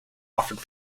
offered